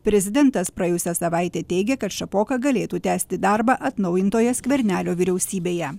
prezidentas praėjusią savaitę teigė kad šapoka galėtų tęsti darbą atnaujintoje skvernelio vyriausybėje